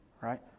right